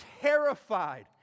terrified